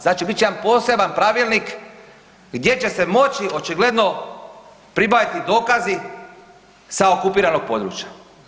Znači bit će jedan poseban pravilnik gdje će se moći očigledno pribaviti dokazi sa okupiranog područja.